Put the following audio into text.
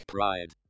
Pride